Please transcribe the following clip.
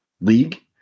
league